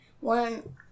one